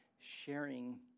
sharing